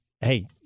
hey